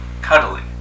cuddling